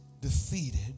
defeated